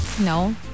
no